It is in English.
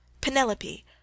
Penelope